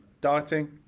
Dieting